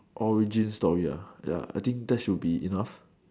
origin story ah ya I think that should be enough